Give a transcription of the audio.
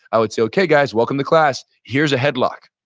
i would say, okay guys, welcome to class. here's a headlock,